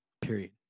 period